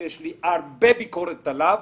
שיש לי הרבה ביקורת עליו,